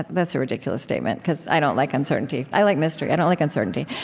that's a ridiculous statement, because i don't like uncertainty. i like mystery i don't like uncertainty,